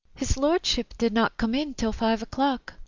his lordship did not come in till five o'clock.